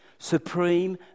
Supreme